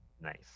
Nice